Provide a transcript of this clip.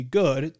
good